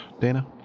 Dana